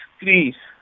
please